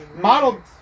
model